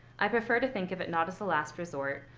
i prefer to think of it not as a last resort,